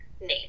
name